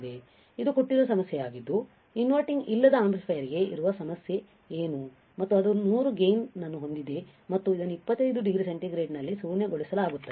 ಇದು ಕೊಟ್ಟಿರುವ ಸಮಸ್ಯೆಯಾಗಿದ್ದು ಇನ್ವರ್ಟಿಂಗ್ ಅಲ್ಲದ ಆಂಪ್ಲಿಫೈಯರ್ಗೆ ಇರುವ ಸಮಸ್ಯೆ ಏನು ಮತ್ತು ಅದು 100 ಗೈನ್ ನನ್ನು ಹೊಂದಿದೆ ಮತ್ತು ಅದನ್ನು 25 ಡಿಗ್ರಿ ಸೆಂಟಿಗ್ರೇಡ್ನಲ್ಲಿ ಶೂನ್ಯಗೊಳಿಸಲಾಗುತ್ತದೆ